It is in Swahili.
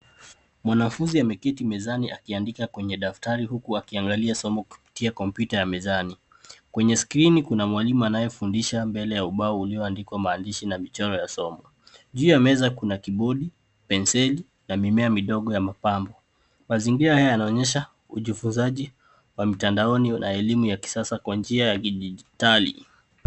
Mwanafunzi ameketi mezani akiandika kwenye daftari kubwa akiangalia somo kupitia kompyuta ya mezani. Kwenye skrini kuna mwalimu anayefundisha mbele ya ubao ulioandikwa maandishi na michoro ya somo. Juu ya meza kuna kibodi, penseli na mimea midogo ya mapambo. Mazingira haya yanaonyesha ujifunzaji wa mtandaoni na elimu ya kisasa kwa njia ya kidijitali.